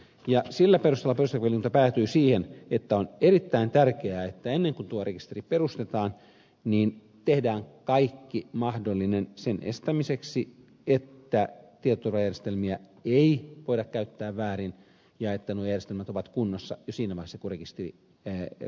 sillä perusteella perustuslakivaliokunta päätyi siihen että on erittäin tärkeää että ennen kuin tuo rekisteri perustetaan niin tehdään kaikki mahdollinen sen estämiseksi että tietoturvajärjestelmiä ei voida käyttää väärin ja että nuo järjestelmät ovat kunnossa jo siinä vaiheessa kun rekisteri perustetaan